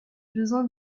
besoin